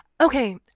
Okay